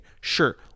sure